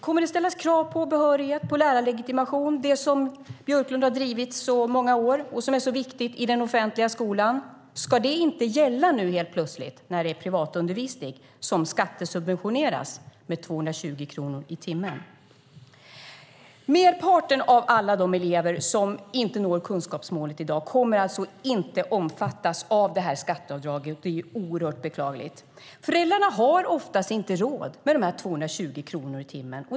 Kommer det att ställas krav på behörighet vad gäller lärarlegitimation, det som Björklund har drivit så många år och som är så viktigt i den offentliga skolan? Ska det helt plötsligt inte gälla när det är fråga om privatundervisning som skattesubventioneras med 220 kronor timmen? Merparten av alla de elever som i dag inte når kunskapsmålet kommer alltså inte att omfattas av skatteavdraget. Det är oerhört beklagligt. Föräldrarna har oftast inte råd med dessa 220 kronor i timmen.